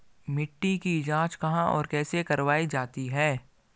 मिट्टी की जाँच कहाँ और कैसे करवायी जाती है?